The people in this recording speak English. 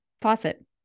faucet